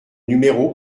numéro